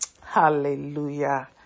Hallelujah